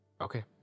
Okay